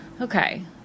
okay